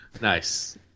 Nice